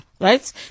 right